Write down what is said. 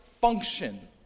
function